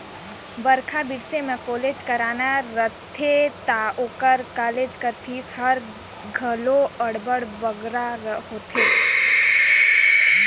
बड़खा बिसे में कॉलेज कराना रहथे ता ओकर कालेज कर फीस हर घलो अब्बड़ बगरा होथे